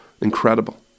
incredible